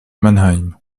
mannheim